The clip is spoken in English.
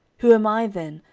who am i then,